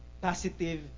Positive